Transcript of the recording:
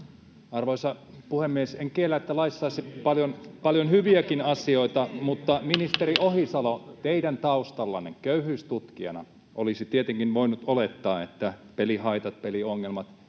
Arvoisa puhemies! En kiellä, että laissa olisi paljon hyviäkin asioita, mutta ministeri Ohisalo, teidän taustallanne, köyhyystutkijana, olisi tietenkin voinut olettaa, että te tiedätte, mitä